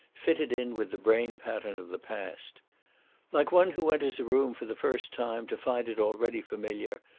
fitted in with the brain pattern of the past like one who enters a room for the first time, to find it already familiar,